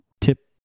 tip